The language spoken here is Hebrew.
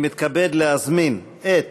אני מתכבד להזמין את